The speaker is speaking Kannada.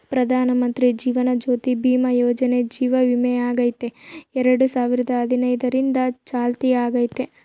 ಪ್ರಧಾನಮಂತ್ರಿ ಜೀವನ ಜ್ಯೋತಿ ಭೀಮಾ ಯೋಜನೆ ಜೀವ ವಿಮೆಯಾಗೆತೆ ಎರಡು ಸಾವಿರದ ಹದಿನೈದರಿಂದ ಚಾಲ್ತ್ಯಾಗೈತೆ